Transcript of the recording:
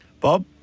Bob